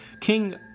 King